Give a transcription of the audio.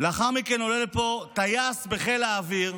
לאחר מכן עולה לפה טייס בחיל האוויר,